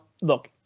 look